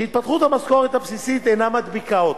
שהתפתחות המשכורת הבסיסית אינה מדביקה אותה.